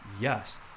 Yes